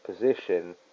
position